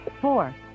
Four